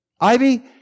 Ivy